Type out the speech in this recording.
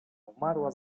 umarła